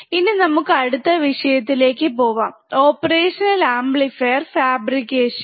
ഇനി നമുക്ക് അടുത്ത വിഷയത്തിലേക്ക് പോവാം ഓപ്പറേഷണൽ ആംപ്ലിഫയർ ഫാബ്രിക്കേഷൻ